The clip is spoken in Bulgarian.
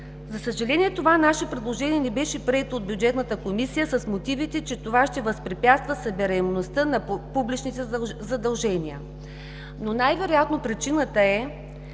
За съжаление, това наше предложение не беше прието от Бюджетната комисия с мотивите, че то ще възпрепятства събираемостта на публичните задължения, но най-вероятно причината е,